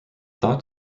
thought